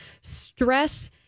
Stress